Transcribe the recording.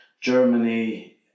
Germany